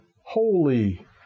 holy